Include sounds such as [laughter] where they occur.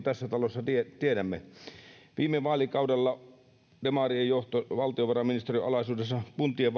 [unintelligible] tässä talossa tiedämme viime vaalikaudella demarien johto valtiovarainministeriön alaisuudessa leikkasi kuntien [unintelligible]